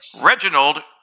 Reginald